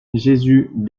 jésus